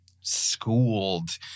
schooled